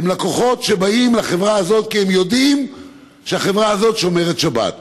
לקוחות שבאים לחברה הזאת כי הם יודעים שהחברה הזאת שומרת שבת,